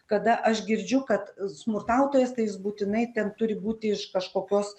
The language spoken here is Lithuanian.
kada aš girdžiu kad smurtautojas tai jis būtinai ten turi būti iš kažkokios